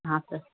sir